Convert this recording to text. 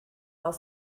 while